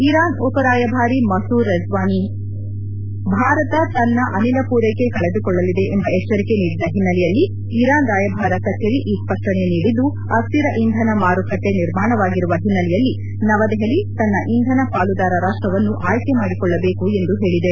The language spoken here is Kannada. ಇರಾನ್ನ ಉಪರಾಯಭಾರಿ ಮಸೂದ್ ರೆಜ್ವಾನಿಯನ್ ರಹಾಗಿ ಭಾರತ ತನ್ನ ಅನಿಲ ಪೂರೈಕೆ ಕಳೆದುಕೊಳ್ಳಲಿದೆ ಎಂಬ ಎಚ್ಚರಿಕೆ ನೀಡಿದ್ದ ಹಿನ್ನೆಲೆಯಲ್ಲಿ ಇರಾನ್ ರಾಯಭಾರ ಕಚೇರಿ ಈ ಸ್ಪಷ್ಟನೆ ನೀಡಿದ್ದು ಅಸ್ಥಿರ ಇಂಧನ ಮಾರುಕಟ್ಟೆ ನಿರ್ಮಾಣವಾಗಿರುವ ಹಿನ್ನೆಲೆಯಲ್ಲಿ ನವದೆಹಲಿ ತನ್ನ ಇಂಧನ ಪಾಲುದಾರ ರಾಷ್ಟ್ರವನ್ನು ಆಯ್ಕೆ ಮಾಡಿಕೊಳ್ಳಬೇಕು ಎಂದು ಹೇಳಿದೆ